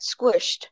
squished